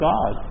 God